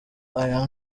aya